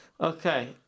Okay